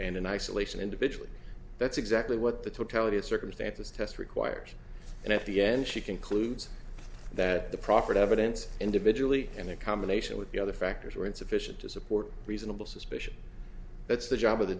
and in isolation individually that's exactly what the totality of circumstances test requires and at the end she concludes that the prophet evidence individually and a combination with the other factors were insufficient to support reasonable suspicion that's the job of the